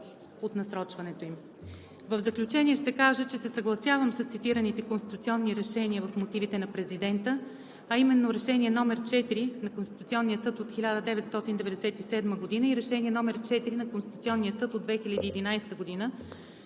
от насрочването им. В заключение ще кажа, че се съгласявам с цитираните конституционни решения в мотивите на президента, а именно Решение № 4 на Конституционния съд от 1997 г. и Решение № 4 на Конституционния съд от 2011 г.,